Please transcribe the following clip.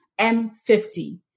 M50